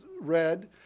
read